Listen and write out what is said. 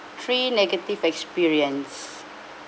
three negative experience